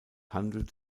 handelt